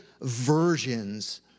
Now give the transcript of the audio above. versions